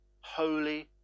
holy